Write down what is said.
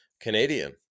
Canadian